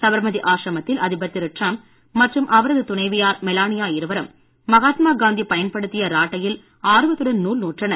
சபர்மதி ஆசிரமத்தில் அதிபர் திரு டிரம்ப் மற்றும் அவரது துணைவியார் மெலானியா இருவரும் மகாத்மா காந்தி பயன்படுத்திய ராட்டையில் ஆர்வத்துடன் நூல் நூற்றனர்